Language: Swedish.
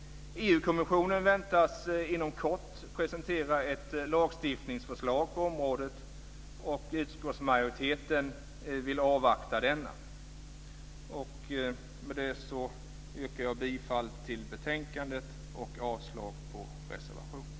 EU-kommissionen väntas inom kort presentera ett lagstiftningsförslag på området. Utskottsmajoriteten vill avvakta detta. Med det yrkar jag bifall till utskottets hemställan i betänkandet och avslag på reservationen.